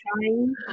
trying